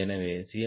எனவே சி